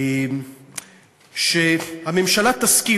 שהממשלה תשכיל,